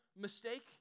mistake